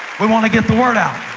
we want to get the word out.